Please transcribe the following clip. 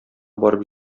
барып